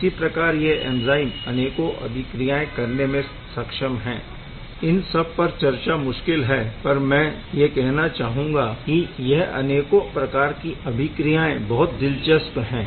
इसी प्रकार यह ऐंज़ाइम अनेकों अभिक्रियाएं करने में सक्षम है यह सब पर चर्चा मुश्किल है पर मैं यह कहना चाहुंगा कि यह अनेकों प्रकार की अभिक्रियाएं बहुत दिलचस्प है